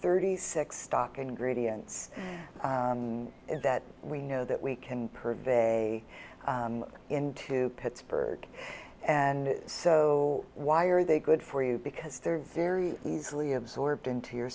thirty six stock in gradients that we know that we can per day into pittsburgh and so why are they good for you because they're very easily absorbed into your